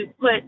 put